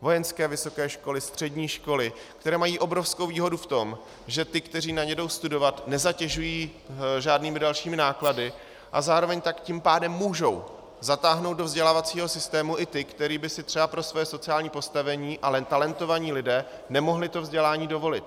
Vojenské vysoké školy, střední školy, které mají obrovskou výhodu v tom, že ty, kteří na ně jdou studovat, nezatěžují žádnými dalšími náklady a zároveň tak tím pádem můžou zatáhnout do vzdělávacího systému i ty, kteří by si třeba pro své sociální postavení, ale talentovaní lidé, nemohli to vzdělání dovolit.